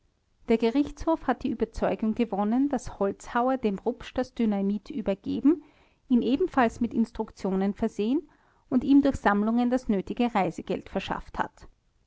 der gerichtshof hat die überzeugung gewonnen daß holzhauer dem rupsch das dynamit übergeben ihn ebenfalls mit instruktionen versehen und ihm durch sammlungen das nötige reisegeld verschafft hat